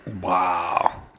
Wow